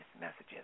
messages